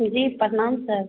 जी प्रणाम सर